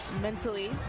mentally